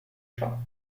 ciò